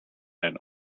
and